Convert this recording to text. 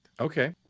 Okay